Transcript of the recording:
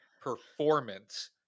performance